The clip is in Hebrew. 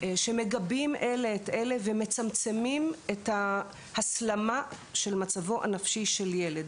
שמגבים אלה את אלה ומצמצמים את ההסלמה של מצבו הנפשי של ילד.